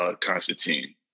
Constantine